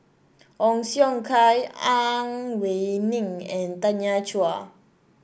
Ong Siong Kai Ang Wei Neng and Tanya Chua